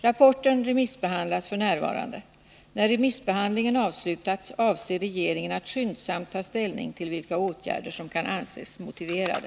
Rapporten remissbehandlas f. n. När remissbehandlingen avslutats avser regeringen att skyndsamt ta ställning till vilka åtgärder som kan anses motiverade.